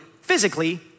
physically